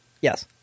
Yes